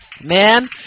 Man